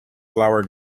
flower